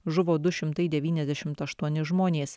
žuvo du šimtai devyniasdešimt aštuoni žmonės